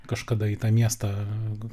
kažkada į tą miestą